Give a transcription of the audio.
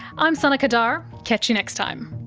i'm sana qadar. catch you next time